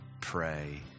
pray